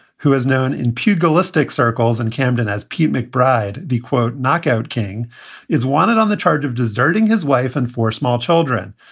who is known in pugilistic circles in camden as pete mcbride. the quote, knockout king is wanted on the charge of deserting his wife and four small children.